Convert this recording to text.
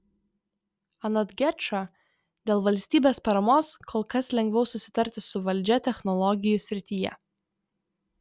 anot gečo dėl valstybės paramos kol kas lengviau susitarti su valdžia technologijų srityje